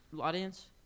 audience